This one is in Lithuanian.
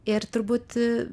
ir turbūt